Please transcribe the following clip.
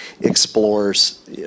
explores